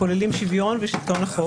הכוללים שוויון ושלטון החוק,